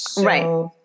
Right